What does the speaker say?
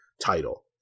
title